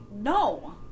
no